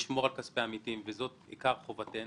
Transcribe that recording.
לשמור על כספי עמיתים זה עיקר חובתנו,